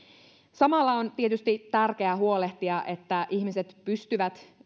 samalla on tietysti tärkeää huolehtia että ihmiset pystyvät